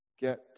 get